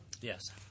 Yes